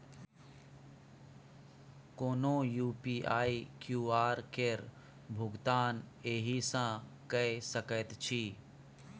कोनो UPI QR केर भुगतान एहिसँ कए सकैत छी